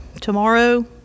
tomorrow